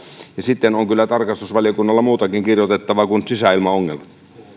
sitten on kyllä tarkastusvaliokunnalla muutakin kirjoitettavaa kuin sisäilmaongelmat